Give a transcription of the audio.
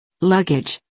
Luggage